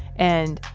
and,